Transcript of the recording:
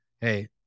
hey